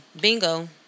Bingo